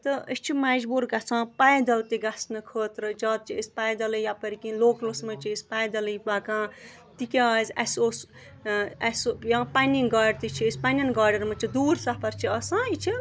تہٕ أسۍ چھِ مجبوٗر گژھان پیدل تہِ گژھنہٕ خٲطرٕ زیادٕ چھِ أسۍ پَیدَلٕے یَپٲرۍ کِنۍ لوکلَس منٛز چھِ أسۍ پَیدَلٕے پَکان تِکیٛازِ اَسہِ اوس اَسہِ سُہ یا پنٛنی گاڑِ تہِ چھِ أسۍ پنٛنٮ۪ن گاڑٮ۪ن منٛز چھِ دوٗر سفر چھِ آسان یہِ چھِ